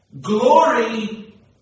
glory